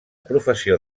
professió